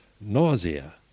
nausea